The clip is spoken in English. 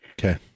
Okay